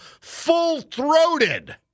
Full-throated